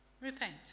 repent